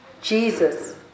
Jesus